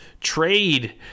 trade